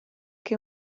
che